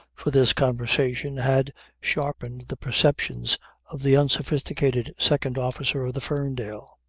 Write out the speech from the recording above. for this conversation, had sharpened the perceptions of the unsophisticated second officer of the ferndale.